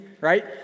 right